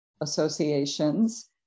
associations